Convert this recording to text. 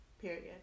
Period